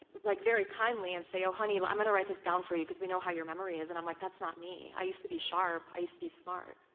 like very kindly, and say, oh honey, like i'm going to write this down for you because we know how your memory is, and i'm like, that's not me. i used to be sharp, i used to be smart